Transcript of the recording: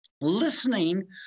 listening